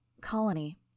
Colony